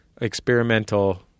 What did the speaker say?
Experimental